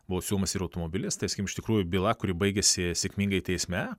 buvo siūlomas ir automobilis tai sakykim iš tikrųjų byla kuri baigėsi sėkmingai teisme